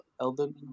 elderly